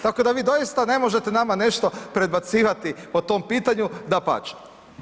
Tako da vi doista ne možete nama nešto predbacivati po tom pitanju, dapače.